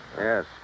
Yes